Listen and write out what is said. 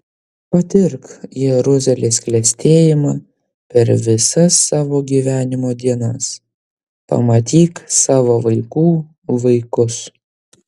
patirk jeruzalės klestėjimą per visas savo gyvenimo dienas pamatyk savo vaikų vaikus